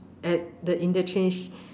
at the interchange